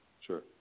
Sure